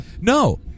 No